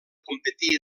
competir